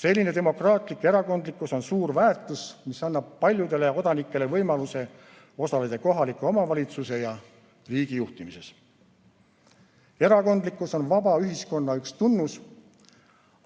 Selline demokraatlik erakondlikkus on suur väärtus, mis annab paljudele kodanikele võimaluse osaleda kohaliku omavalitsuse või riigi juhtimises. Erakondlikkus on vaba ühiskonna üks tunnus,